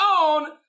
own